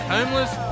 Homeless